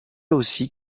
aussi